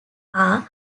are